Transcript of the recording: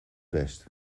best